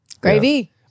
Gravy